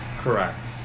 Correct